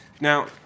Now